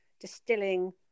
distilling